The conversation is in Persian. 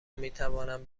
میتوانند